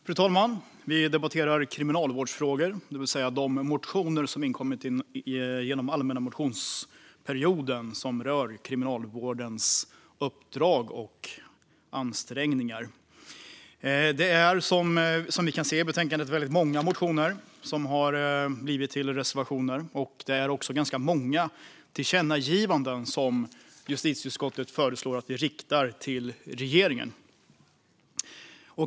Fru talman! Vi debatterar kriminalvårdsfrågor, det vill säga de motioner som inkommit under allmänna motionsperioden och som rör Kriminalvårdens uppdrag och ansträngningar. Det är, som vi kan se i betänkandet, väldigt många motioner som har blivit till reservationer. Justitieutskottet föreslår också ganska många tillkännagivanden till regeringen.